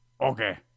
Okay